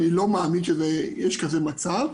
אני לא מאמין שיש כזה מצב.